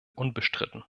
unbestritten